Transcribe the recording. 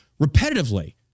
repetitively